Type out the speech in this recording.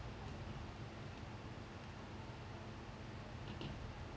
okay